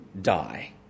die